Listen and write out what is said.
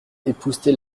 époussetait